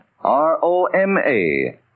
R-O-M-A